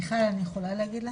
מיכל, אני יכולה להגיד לה?